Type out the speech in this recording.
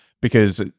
Because-